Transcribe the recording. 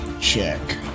check